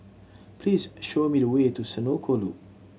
please show me the way to Senoko Loop